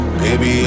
baby